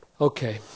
Okay